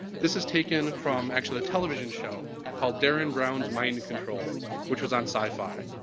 this is taken from, actually, a television show called derren brown's mind control which was on syfy.